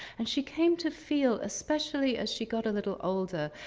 and she came to feel, especially as she got a little older,